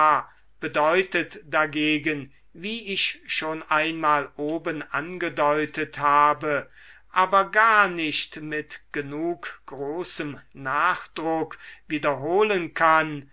bedeutet dagegen wie ich schon einmal oben angedeutet habe aber gar nicht mit genug großem nachdruck wiederholen kann